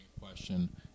question